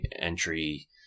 entry